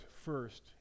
first